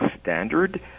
standard